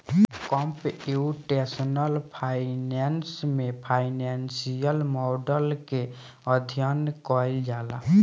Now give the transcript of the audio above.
computational finance में financial model के अध्ययन कईल जाला